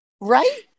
Right